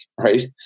right